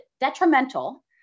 detrimental